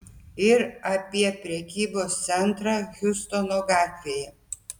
ir apie prekybos centrą hjustono gatvėje